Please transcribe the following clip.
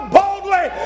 boldly